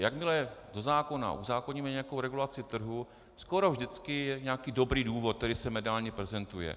Jakmile do zákona uzákoníme nějakou regulaci trhu, skoro vždycky je nějaký dobrý důvod, který se mediálně prezentuje.